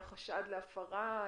היה חשד להפרה?